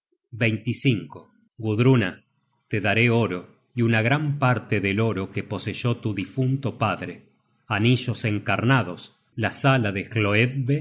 hablarme gudruna te daré oro y una gran parte del oro que poseyó tu difunto padre anillos encarnados la sala de